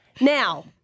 Now